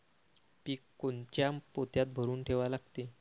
पीक कोनच्या पोत्यात भरून ठेवा लागते?